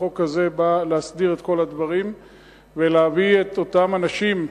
החוק הזה בא להסדיר את כל הדברים ולהביא את אותם אנשים,